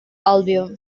album